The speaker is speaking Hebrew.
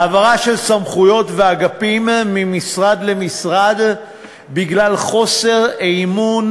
העברה של סמכויות ואגפים ממשרד למשרד בגלל חוסר אמון